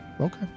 okay